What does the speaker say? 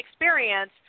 experience